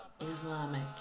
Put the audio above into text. Islamic